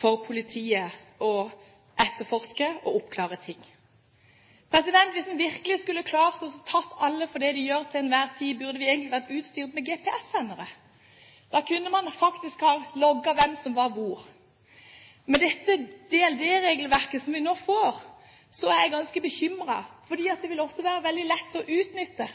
for politiet å etterforske og oppklare ting. Hvis en virkelig skulle klart å ta alle for det de gjør til enhver tid, burde vi egentlig vært utstyrt med GPS-sendere. Da kunne man faktisk ha logget hvem som var hvor. Med det datalagringsdirektivregelverket som vi nå får, er jeg ganske bekymret, fordi det ofte vil være veldig lett å utnytte.